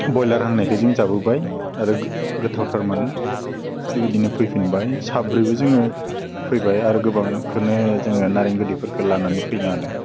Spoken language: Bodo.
बयलार हांनायखौ जों जाबोबाय आरो गो गोथाव थारमोन बेबादिनो फैफिनबाय साब्रैबो जोङो फैबाय आरो गोबांखौनो जोङो नारें गोदैफोरखौ लानानै फैनो होदों